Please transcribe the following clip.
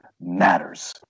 matters